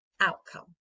outcome